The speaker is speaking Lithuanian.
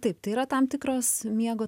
taip tai yra tam tikros miego